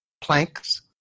planks